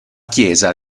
chiesa